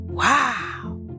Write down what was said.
Wow